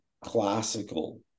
classical